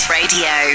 radio